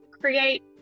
create